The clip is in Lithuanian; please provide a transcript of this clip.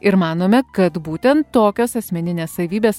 ir manome kad būtent tokios asmeninės savybės